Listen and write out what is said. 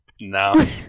No